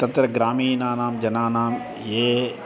तत्र ग्रामीणानां जनानां ये